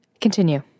Continue